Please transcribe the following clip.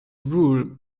rule